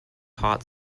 hot